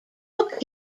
took